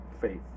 faith